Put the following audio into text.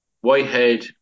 Whitehead